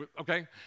okay